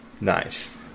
Nice